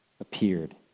appeared